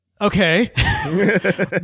okay